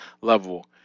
level